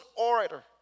orator